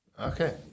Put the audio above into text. Okay